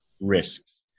risks